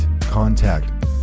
contact